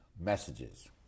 messages